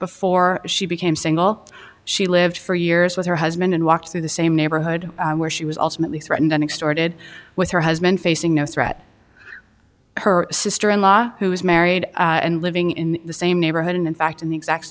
before she became single she lived for years with her husband and walked through the same neighborhood where she was also at least right and then extorted with her husband facing no threat her sister in law who is married and living in the same neighborhood and in fact in the exact